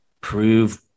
prove